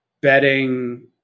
bedding